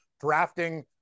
drafting